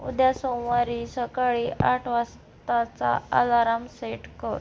उद्या सोमवारी सकाळी आठ वाजताचा अलाराम सेट कर